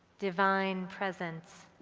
divine presence,